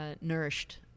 nourished